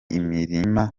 imirima